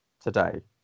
today